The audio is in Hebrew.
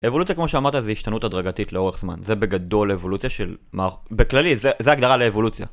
אבולוציה כמו שאמרת זה השתנות הדרגתית לאורך זמן זה בגדול אבולוציה של... בכללי, זה ההגדרה לאבולוציה